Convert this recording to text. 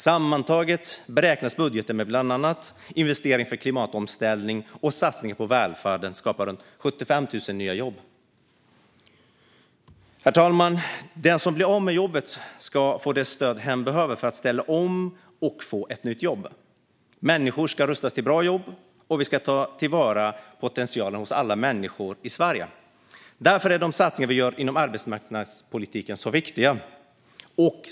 Sammantaget beräknas budgeten, med bland annat investeringar för klimatomställning och satsningar på välfärden, skapa runt 75 000 nya jobb. Herr talman! Den som blir av med jobbet ska få det stöd hen behöver för att ställa om och få ett nytt jobb. Människor ska rustas för bra jobb, och vi ska ta till vara potentialen hos alla människor i Sverige. Därför är de satsningar vi gör inom arbetsmarknadspolitiken så viktiga.